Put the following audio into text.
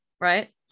right